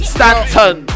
Stanton